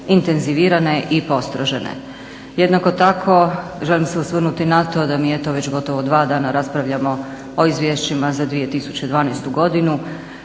2012.intenzivirane i postrožene. Jednako tako želim se osvrnuti na to da mi eto već gotovo dva dana raspravljamo o izvješćima za 2012.godinu,